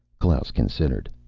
klaus considered.